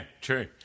true